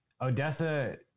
Odessa